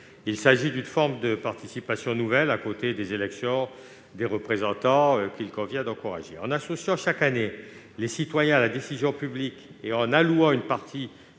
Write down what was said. Il s'agit d'une forme de participation nouvelle, à côté des élections des représentants, qu'il convient d'encourager. En associant chaque année les citoyens à la décision publique et en allouant une partie